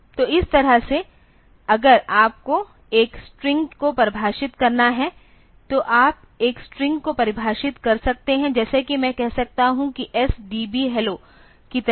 तो इस तरह से अगर आपको एक स्ट्रिंग को परिभाषित करना है तो आप एक स्ट्रिंग को परिभाषित कर सकते हैं जैसे कि मैं कह सकता हूं कि S DB hello की तरह